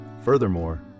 Furthermore